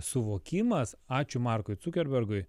suvokimas ačiū markui cukerbergui